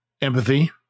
empathy